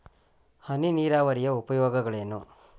ಹನಿ ನೀರಾವರಿಯ ಉಪಯೋಗಗಳೇನು?